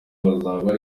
bazaba